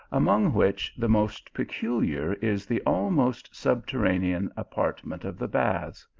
among which the most peculiar is the almost subterranean apartment of the baths.